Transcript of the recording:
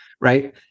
right